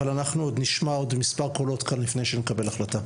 אבל אנחנו נשמע עוד מספר קולות כאן לפני שנקבל החלטה.